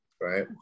Right